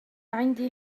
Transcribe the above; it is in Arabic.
عندي